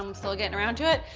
um still getting around to it.